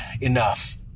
enough